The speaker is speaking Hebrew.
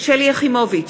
שלי יחימוביץ,